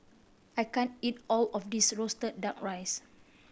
I can't eat all of this roasted Duck Rice